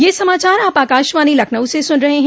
ब्रे क यह समाचार आप आकाशवाणी लखनऊ से सुन रहे हैं